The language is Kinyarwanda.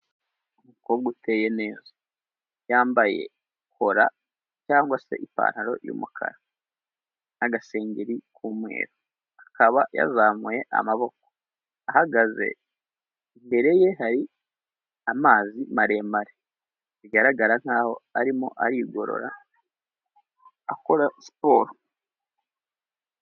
Umukobwa uteye neza, yambaye kola cyangwa se ipantaro y'umukara n'agasengeri k'umweru, akaba yazamuye amaboko, ahagaze, imbere ye hari amazi maremare, bigaragara nk'aho arimo arigorora, akora siporo.